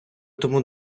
тому